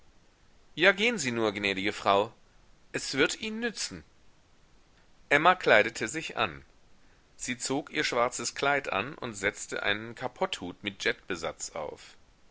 ja gehn sie nur gnädige frau es wird ihnen nützen emma kleidete sich an sie zog ihr schwarzes kleid an und setzte einen kapotthut mit jettbesatz auf